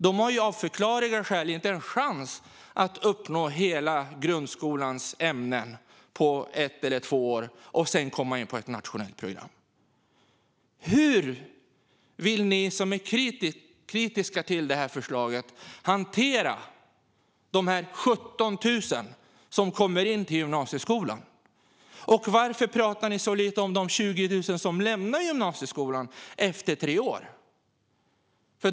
Dessa har av förklarliga skäl inte en chans att uppnå hela grundskolans ämnen på ett eller två år och sedan komma in på ett nationellt program. Hur vill ni som är kritiska till förslaget hantera de 17 000 som kommer till gymnasieskolan? Och varför pratar ni så lite om de 20 000 som lämnar gymnasieskolan efter tre år?